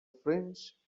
french